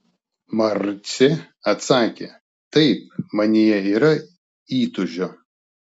marcė atsakė taip manyje yra įtūžio